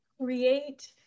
create